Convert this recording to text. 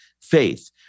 faith